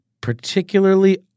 particularly